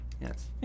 Yes